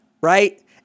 right